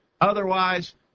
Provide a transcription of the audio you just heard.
Otherwise